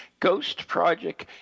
ghostproject